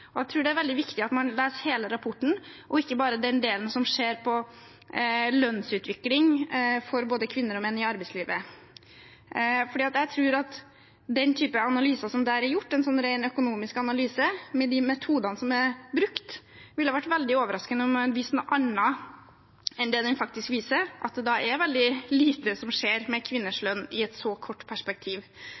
Jeg tror det er veldig viktig at man leser hele rapporten, og ikke bare den delen som ser på lønnsutvikling for både kvinner og menn i arbeidslivet. Den typen analyse som er gjort der, er en ren økonomisk analyse. Med de metodene som er brukt, ville det vært veldig overraskende hvis det kom fram noe annet enn det den faktisk viser, at det er veldig lite som skjer med kvinners lønn i et så kort perspektiv.